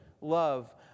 love